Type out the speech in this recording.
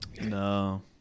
No